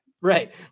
Right